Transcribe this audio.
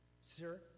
Sir